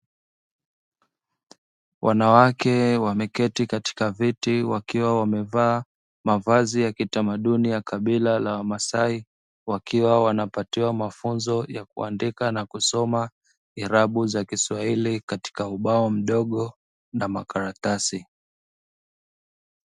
Wanawake wameketi katika viti, wakiwa wamevaa mavazi ya kitamaduni ya kabila la wamasai, wakiwa wanapatiwa mafunzo ya kuandika na kusoma irabu za kiswahili katika ubao mdogo na makaratasi.